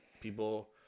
people